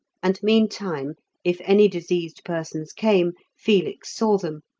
and meantime if any diseased persons came felix saw them,